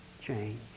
change